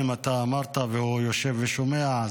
אם אמרת והוא יושב ושומע,